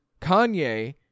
Kanye